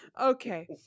Okay